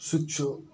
سُہ تہِ چھُ